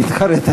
"מתחרט אני".